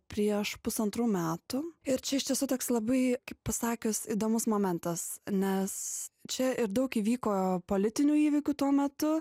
prieš pusantrų metų ir čia iš tiesų toks labai kaip pasakius įdomus momentas nes čia ir daug įvyko politinių įvykių tuo metu